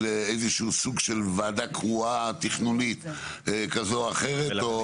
איזשהו סוג של וועדה תכנונית כזאת או אחרת.